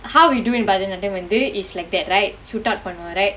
how we do in bharathanatyam வந்து:vanthu is like that right shoot up பண்ணுவோம்:pannuvom right